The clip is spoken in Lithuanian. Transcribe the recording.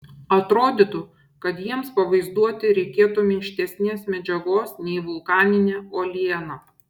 atrodytų kad jiems pavaizduoti reikėtų minkštesnės medžiagos nei vulkaninė uoliena